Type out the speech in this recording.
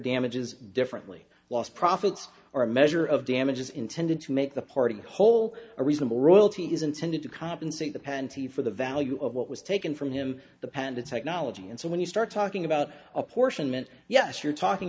damages differently lost profits or a measure of damages intended to make the party whole a reasonable royalty is intended to compensate the pantie for the value of what was taken from him the panda technology and so when you start talking about apportionment yes you're talking